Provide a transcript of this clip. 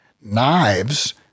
Knives